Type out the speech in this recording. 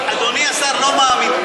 אדוני השר לא מאמין,